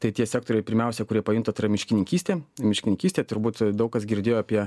tai tie sektoriai pirmiausia kurie pajunta tai yra miškininkystė miškininkystė turbūt daug kas girdėjo apie